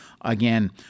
again